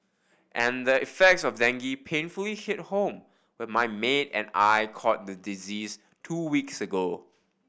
and the effects of dengue painfully hit home when my maid and I caught the disease two weeks ago